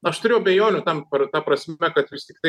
aš turiu abejonių tam ta prasme kad vis tiktai